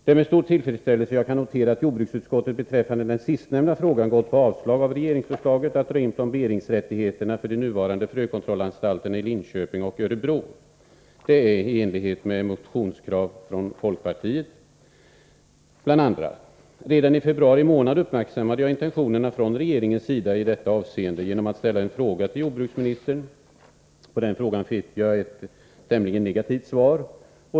Det är med stor tillfredsställelse jag kan notera att jordbruksutskottet beträffande den sistnämnda frågan yrkar avslag på regeringsförslaget att dra in plomberingsrättigheterna för de nuvarande frökontrollanstalterna i Linköping och Örebro. Det är i enlighet med motionskrav från bl.a. folkpartiet. Redan i februari månad uppmärksammade jag intentionerna från regeringens sida i detta avseende genom att ställa en fråga till jordbruksministern. På den frågan fick jag ett tämligen negativt svar.